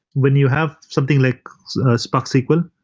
when you have something like spark sql,